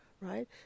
right